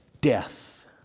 death